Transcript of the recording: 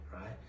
right